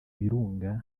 birunga